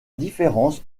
différence